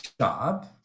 job